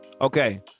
Okay